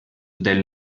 del